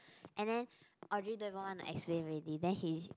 and then Audrey don't even want to explain already then he